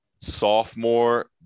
Sophomore